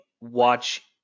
watch